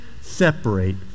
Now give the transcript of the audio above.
separate